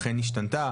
אכן השתנתה,